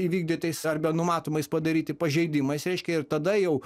įvykdytais arba numatomais padaryti pažeidimais reiškia ir tada jau